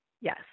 Yes